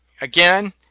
again